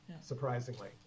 surprisingly